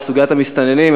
על סוגיית המסתננים,